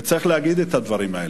וצריך להגיד את הדברים האלה.